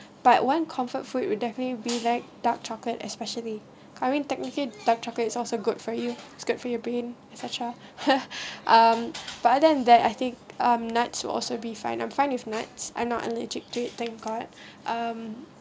but one comfort food will definitely be like dark chocolate especially I mean technically dark chocolate is also good for you it's good for your brain etcetera um but other than that I think um nuts will also be fine I'm fine with nuts I'm not allergic to it thank god um